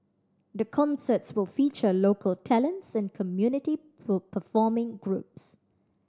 the concerts will feature local talents and community performing groups